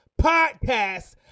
podcast